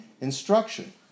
instruction